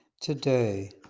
Today